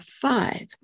five